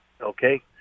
okay